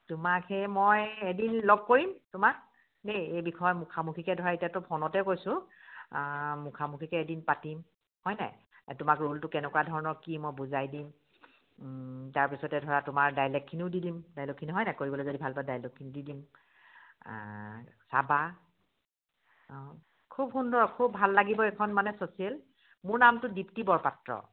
তোমাক সেই মই এদিন লগ কৰিম তোমাক দেই এই বিষয়ে মুখামুখিকৈ ধৰা এতিয়াতো ফোনতে কৈছোঁ মুখামুখিকৈ এদিন পাতিম হয়নে তোমাক ৰোলটো কেনেকুৱা ধৰণৰ কি মই বুজাই দিম তাৰপিছতে ধৰা তোমাৰ ডাইলেক্খিনিও দি দিম ডাইলগখিনি হয়নে কৰিবলৈ যদি ভাল পোৱা ডাইলগখিনি দি দিম চাবা অঁ খুব সুন্দৰ খুব ভাল লাগিব এইখন মানে ছ'চিয়েল মোৰ নামটো দীপ্তি বৰপাত্ৰ